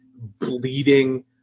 bleeding